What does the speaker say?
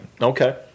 Okay